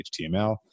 html